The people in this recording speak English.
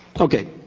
Okay